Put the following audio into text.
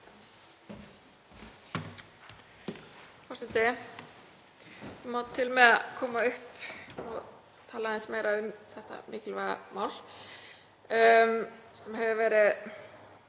Ég má til með að koma upp og tala aðeins meira um þetta mikilvæga mál sem hefur verið